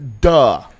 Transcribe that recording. duh